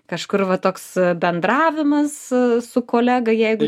kažkur va toks bendravimas su kolega jeigu